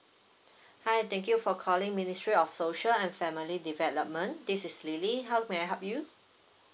hi thank you for calling ministry of social and family development this is lily how may I help you